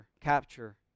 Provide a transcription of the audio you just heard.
capture